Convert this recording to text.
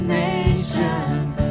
nations